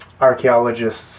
archaeologists